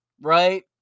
Right